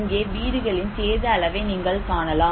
இங்கே வீடுகளின் சேத அளவை நீங்கள் காணலாம்